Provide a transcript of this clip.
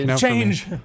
Change